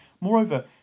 Moreover